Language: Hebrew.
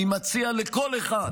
אני מציע לכל אחד